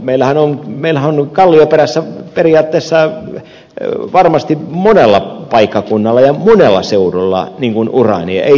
meillähän on kallioperässä periaatteessa varmasti monella paikkakunnalla ja monella seudulla uraania